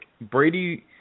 Brady –